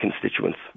constituents